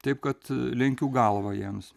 taip kad lenkiu galvą jiems